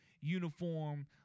uniform